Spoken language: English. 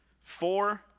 Four